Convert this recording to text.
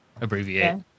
abbreviate